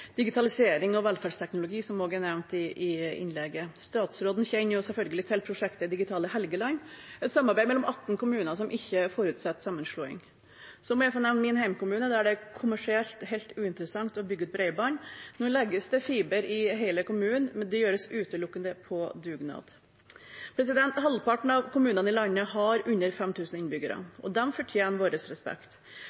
digitalisering og velferdsteknologi, som også er nevnt i innlegget. Statsråden kjenner selvfølgelig til prosjektet Digitale Helgeland, et samarbeid mellom 18 kommuner som ikke forutsetter sammenslåing. Så må jeg få nevne min hjemkommune, der det er kommersielt helt uinteressant å bygge ut bredbånd. Nå legges det fiber i hele kommunen, men det gjøres utelukkende på dugnad. Halvparten av kommunene i landet har under 5 000 innbyggere,